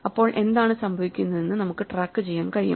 അപ്പോൾ എന്താണ് സംഭവിക്കുന്നതെന്ന് നമുക്ക് ട്രാക്ക് ചെയ്യാൻ കഴിയും